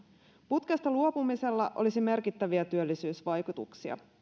putkesta luopumisella olisi merkittäviä työllisyysvaikutuksia